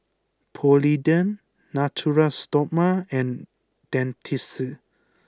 Polident Natura Stoma and Dentiste